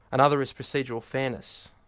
another is procedural fairness.